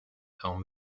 home